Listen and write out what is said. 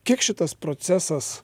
kiek šitas procesas